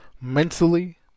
mentally